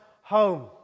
home